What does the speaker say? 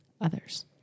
others